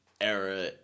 Era